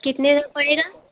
कितने में पड़ेगा